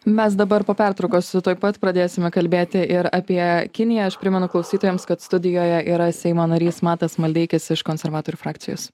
mes dabar po pertraukos tuoj pat pradėsime kalbėti ir apie kiniją aš primenu klausytojams kad studijoje yra seimo narys matas maldeikis iš konservatorių frakcijos